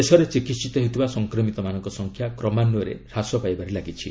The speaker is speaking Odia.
ଦେଶରେ ଚିକିିିତ ହେଉଥିବା ସଂକ୍ରମିତମାନଙ୍କ ସଂଖ୍ୟା କ୍ରମାନ୍ୱୟରେ ହ୍ରାସ ପାଇବାରେ ଲାଗିଛି